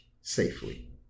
safely